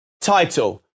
title